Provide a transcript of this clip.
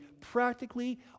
practically